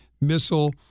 missile